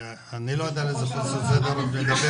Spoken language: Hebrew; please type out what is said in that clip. אני לא יודע על איזה חוסר סדר את מדברת,